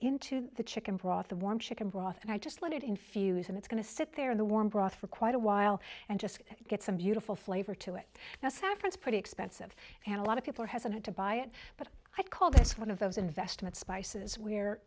into the chicken broth the warm chicken broth and i just let it infuse and it's going to sit there in the warm broth for quite a while and just get some beautiful flavor to it now saffron's pretty expensive and a lot of people are hesitant to buy it but i call this one of those investment spices where